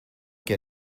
get